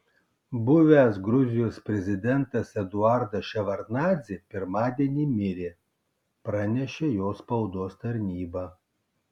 buvęs gruzijos prezidentas eduardas ševardnadzė pirmadienį mirė pranešė jo spaudos tarnyba